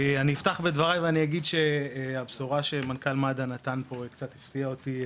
אפתח ואומר שהבשורה שמנכ"ל מד"א נתן פה קצת הפתיעה אותי,